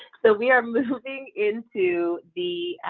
so we are moving into the